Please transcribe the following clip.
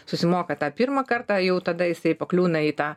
susimoka tą pirmą kartą jau tada jisai pakliūna į tą